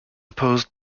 opposed